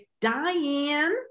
Diane